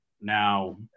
now